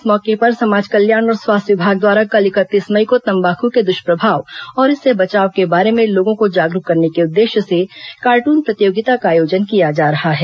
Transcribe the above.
इस मौके पर समाज कल्याण और स्वास्थ्य विभाग द्वारा कल इकतीस मई को तम्बाख् के द्ष्प्रभाव और इससे बचाव के बारे में लोगों को जागरूक करने के उद्देश्य से कॉर्ट्न प्रतियोगिता का आयोजन किया जा रहा है